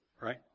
right